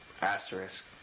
asterisk